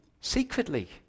secretly